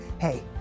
Hey